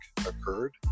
occurred